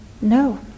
no